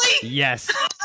Yes